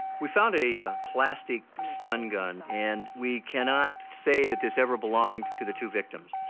we found a plastic stun gun, and we cannot say that this ever belonged to the two victims.